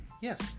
Yes